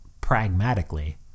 pragmatically